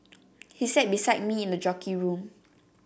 he sat beside me in the jockey room